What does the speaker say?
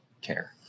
care